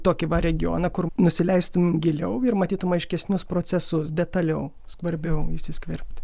tokį va regioną kur nusileistum giliau ir matytum aiškesnius procesus detaliau skvarbiau įsiskverbt